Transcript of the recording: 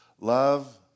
Love